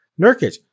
Nurkic